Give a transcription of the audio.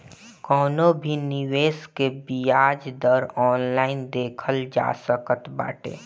कवनो भी निवेश के बियाज दर ऑनलाइन देखल जा सकत बाटे